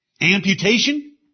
Amputation